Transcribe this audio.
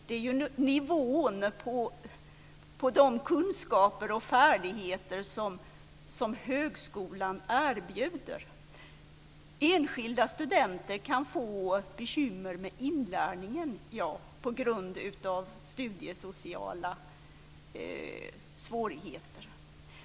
Det är nivån på de kunskaper och färdigheter som högskolan erbjuder. Enskilda studenter kan få bekymmer med inlärningen på grund av studiesociala svårigheter.